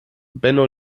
benno